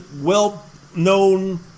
well-known